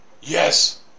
Yes